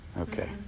Okay